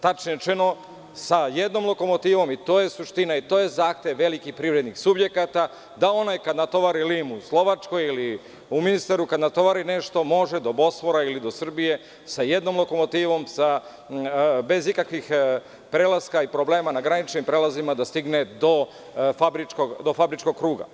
Tačnije rečeno sa jednom lokomotivom i to je suština i to je zahtev velikih privrednih subjekata da onaj ko natovari limun u Slovačkoj ili … kada natovari nešto može do Bosfora ili do Srbije sa jednom lokomotivom, bez ikakvih prelaska i problema na graničnim prelazima, da stigne do fabričkog kruga.